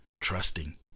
Trusting